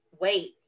wait